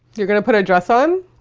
you're gonna put a dress on?